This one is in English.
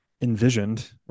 envisioned